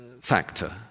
factor